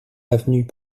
avenue